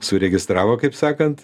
suregistravo kaip sakant